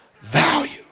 value